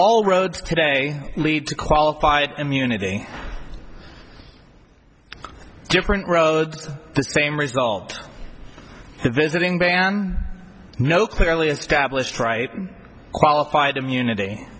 all roads today lead to qualified immunity different roads the same result of visiting ban no clearly established triton qualified immunity